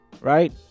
Right